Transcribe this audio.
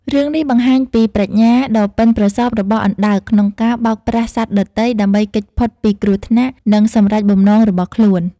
រឿងនេះបង្ហាញពីប្រាជ្ញាដ៏ប៉ិនប្រសប់របស់អណ្ដើកក្នុងការបោកប្រាស់សត្វដទៃ ដើម្បីគេចផុតពីគ្រោះថ្នាក់ និងសម្រេចបំណងរបស់ខ្លួន។